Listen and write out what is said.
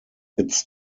its